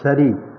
சரி